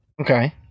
Okay